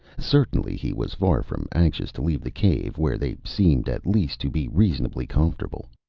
certainly he was far from anxious to leave the cave, where they seemed at least to be reasonably comfortable.